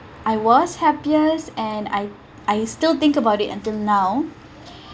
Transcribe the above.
I was happiest and I I still think about it until now